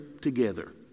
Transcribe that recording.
together